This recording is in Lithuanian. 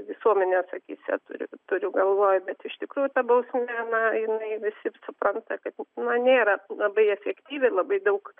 visuomenės akyse turi turiu galvoj bet iš tikrųjų ta bausmė na jinai visi supranta kad na nėra labai efektyvi labai daug